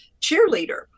cheerleader